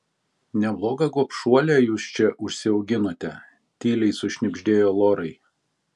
neblogą gobšuolę jūs čia užsiauginote tyliai sušnibždėjo lorai